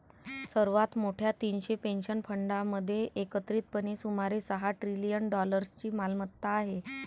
सर्वात मोठ्या तीनशे पेन्शन फंडांमध्ये एकत्रितपणे सुमारे सहा ट्रिलियन डॉलर्सची मालमत्ता आहे